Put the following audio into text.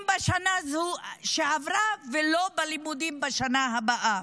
בשנה שעברה ולא יהיו לימודים בשנה הבאה?